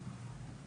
שם?